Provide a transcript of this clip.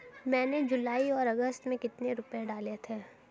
मैंने जुलाई और अगस्त में कितने रुपये डाले थे?